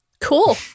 Cool